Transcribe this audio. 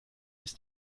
ist